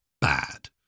bad